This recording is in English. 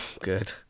Good